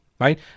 Right